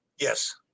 Yes